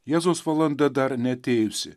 jėzaus valanda dar neatėjusi